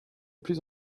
plus